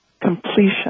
completion